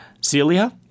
Celia